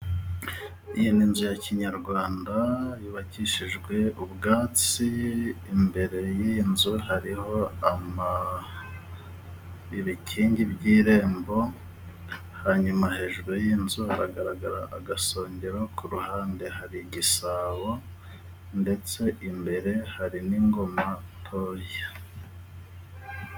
Iyi ni inzu ya kinyarwanda yubakishijwe ubwatsi imbere y'iyi nzu hariho ibikingi by'irembo, hanyuma hejuru y'inzu hagaragara agasongero, ku ruhande hari igisabo ndetse imbere hari n'ingoma ntoya.